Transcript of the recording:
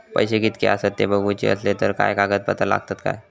पैशे कीतके आसत ते बघुचे असले तर काय कागद पत्रा लागतात काय?